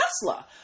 Tesla